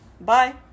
bye